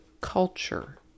culture